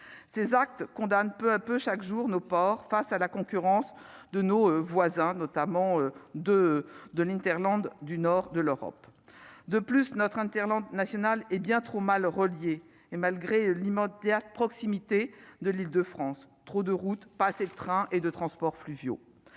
ces actes condamne peu à peu chaque jour, nos ports face à la concurrence de nos voisins, notamment de de l'hinterland du nord de l'Europe, de plus, notre internaute national est bien trop mal reliés et malgré l'E-Mode théâtre, à proximité de l'Île-de-France, trop de route, pas assez de trains et de transports fluviaux,